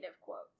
quotes